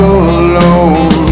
alone